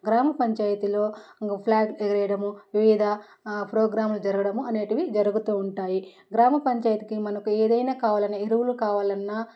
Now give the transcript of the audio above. గ్రామ పంచాయితీలో ఫ్లాగ్ ఎగిరేయడం ము వివిధ ప్రొగ్రామ్లు జరగడం అనేవి జరుగుతు ఉంటాయి గ్రామ పంచాయితీకి మనకు ఏదైనా కావాలన్న ఎరువులు కావాలన్న